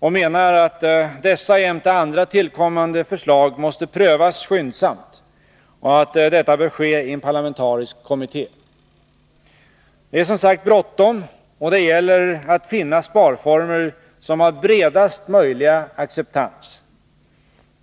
Vi menar att dessa jämte andra tillkommande förslag måste prövas skyndsamt och att detta bör ske i en parlamentarisk kommitté. Det är som sagt bråttom, och det gäller att finna sparformer som har bredast möjliga acceptans.